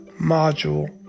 module